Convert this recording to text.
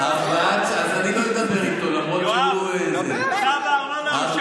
קריאות ביניים, בישיבה.